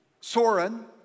Soren